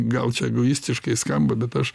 gal čia egoistiškai skamba bet aš